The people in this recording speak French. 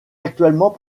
actuellement